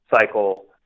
cycle